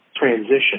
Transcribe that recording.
transition